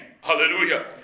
hallelujah